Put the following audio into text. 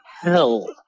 hell